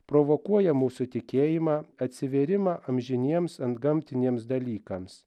provokuoja mūsų tikėjimą atsivėrimą amžiniems antgamtiniams dalykams